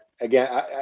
again